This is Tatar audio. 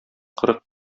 кырык